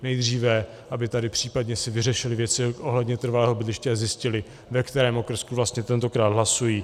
Nejdříve, aby si tady případně vyřešili věci ohledně trvalého bydliště a zjistili, ve kterém okrsku vlastně tentokrát hlasují.